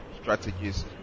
strategies